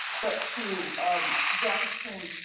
but to downstream.